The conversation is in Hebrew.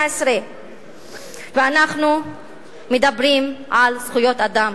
18. ואנחנו מדברים על זכויות אדם,